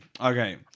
okay